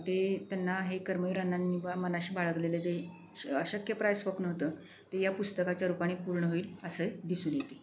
ते त्यांना हे कर्मवीर अण्णांनी बा मनाशी बाळगलेलं जे श अशक्यप्राय स्वप्न होतं ते या पुस्तकाच्या रूपाने पूर्ण होईल असे दिसून येते